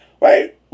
right